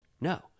no